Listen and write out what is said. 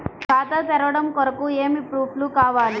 ఖాతా తెరవడం కొరకు ఏమి ప్రూఫ్లు కావాలి?